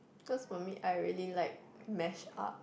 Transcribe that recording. cause for me I really like mash up